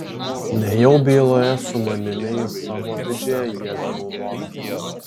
nejau byloje su manimi jis savo didžią jėgą naudotų